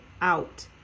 out